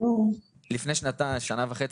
לפני שנה וחצי,